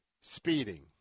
speeding